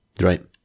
Right